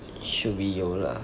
should be 有 lah